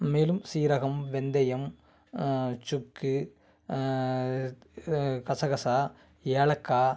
மேலும் சீரகம் வெந்தயம் சுக்கு இது இது கசகசா ஏலக்காய்